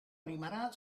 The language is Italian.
rimarrà